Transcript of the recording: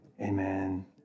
Amen